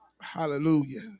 hallelujah